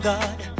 God